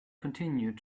continued